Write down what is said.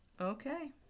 Okay